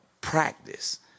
practice